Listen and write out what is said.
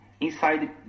inside